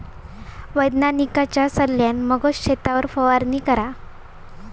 वैज्ञानिकांच्या सल्ल्यान मगच शेतावर फवारणी करा